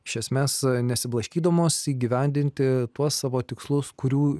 iš esmės nesiblaškydamos įgyvendinti tuos savo tikslus kurių